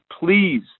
please